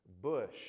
bush